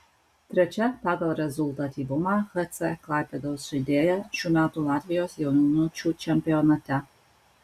trečia pagal rezultatyvumą hc klaipėdos žaidėja šių metų latvijos jaunučių čempionate